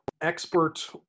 expert